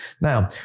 Now